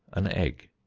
an egg.